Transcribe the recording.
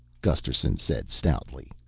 gusterson said stoutly.